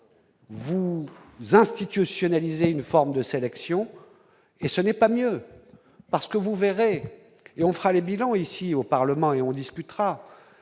vous institutionnaliser une forme de sélection et ce n'est pas mieux parce que vous verrez, et on fera les bilans ici au Parlement et on discutera